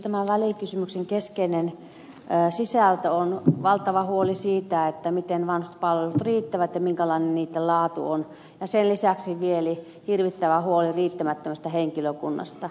tämän välikysymyksen keskeinen sisältö on valtava huoli siitä miten vanhuspalvelut riittävät ja minkälainen niitten laatu on ja sen lisäksi vielä hirvittävä huoli riittämättömästä henkilökunnasta